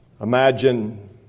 imagine